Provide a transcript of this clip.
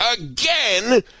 again